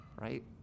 right